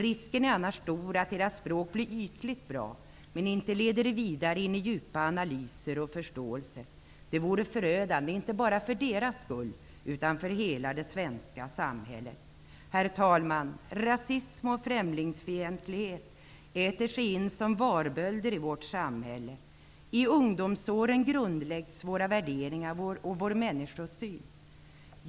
Risken är annars stor att deras språk blir ytligt bra men inte leder vidare in i djupare analyser och förståelse. Det vore förödande, inte bara för deras skull utan för hela det svenska samhället. Herr talman! Rasism och främlingsfientlighet äter sig som varbölder in i vårt samhälle. I ungdomsåren grundläggs våra värderingar och vår människosyn.